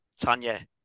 Tanya